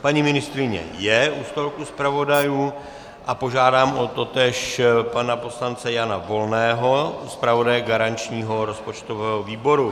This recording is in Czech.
Paní ministryně je u stolku zpravodajů a požádám o totéž pana poslance Jana Volného, zpravodaje garančního rozpočtového výboru.